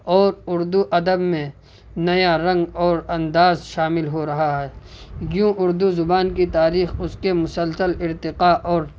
اور اردو ادب میں نیا رنگ اور انداز شامل ہو رہا ہے یوں اردو زبان کی تاریخ اس کے مسلسل ارتقا اور